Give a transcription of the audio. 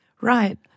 Right